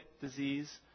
disease